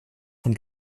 von